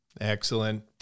Excellent